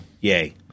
yay